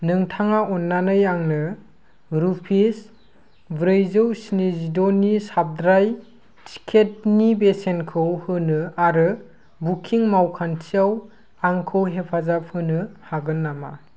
नोंथाङा अननानै आंनो रुपिस ब्रैजौ स्निजिद'नि साबद्राय टिकेटनि बेसेनखौ होनो आरो बुकिं मावखान्थियाव आंखौ हेफाजाब होनो हागोन नामा